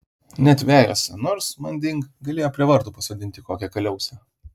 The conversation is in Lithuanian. net vejose nors manding galėjo prie vartų pasodinti kokią kaliausę